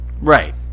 Right